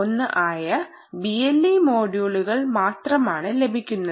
1 ആയ BLE മൊഡ്യൂളുകൾ മാത്രം ആണ് ലഭിക്കുന്നത്